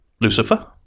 Lucifer